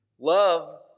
Love